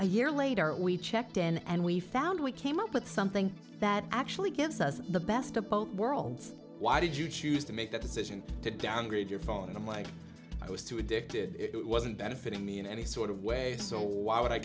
a year later we checked in and we found we came up with something that actually gives us the best of both worlds why did you choose to make that decision to downgrade your phone and i'm like i was too addicted it wasn't benefiting me in any sort of way so why would i